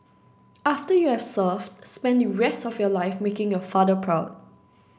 after you have served spend the rest of your life making your father proud